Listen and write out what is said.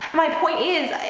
my point is,